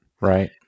Right